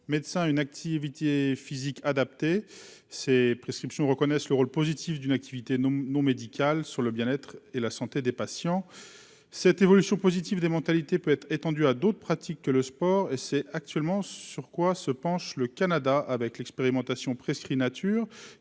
médecin, une activité physique adaptée ces prescriptions reconnaissent le rôle positif d'une activité non non médicale sur le bien-être et la santé des patients cette évolution positive des mentalités peut être étendu à d'autres pratiques que le sport et c'est actuellement sur quoi se penche le Canada avec l'expérimentation prescrit nature